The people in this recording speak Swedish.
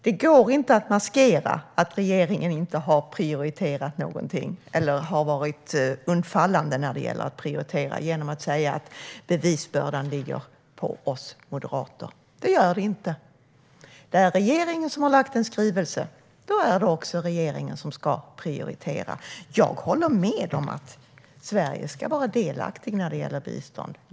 Det går inte att maskera att regeringen inte har prioriterat någonting eller har varit undfallande när det gäller att prioritera genom att säga att bevisbördan ligger på oss moderater. Det gör den inte. Det är regeringen som har lagt fram en skrivelse. Då är det också regeringen som ska prioritera. Jag håller med om att Sverige ska vara delaktigt när det gäller bistånd.